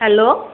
hello